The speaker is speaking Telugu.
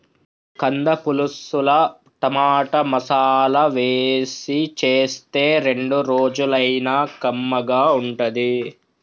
కంద పులుసుల టమాటా, మసాలా వేసి చేస్తే రెండు రోజులైనా కమ్మగా ఉంటది